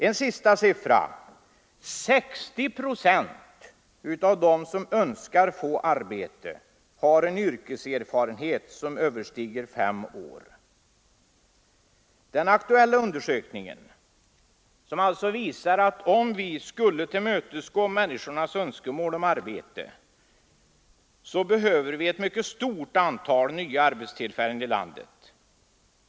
En sista siffra: 60 procent av dem som önskar få arbete har en yrkeserfarenhet som överstiger fem år. Den aktuella undersökningen visar alltså, att om vi skulle tillmötesgå människornas önskemål om arbete, så behöver vi ett mycket stort antal nya arbetstillfällen i landet.